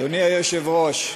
אדוני היושב-ראש,